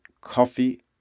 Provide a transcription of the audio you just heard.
coffee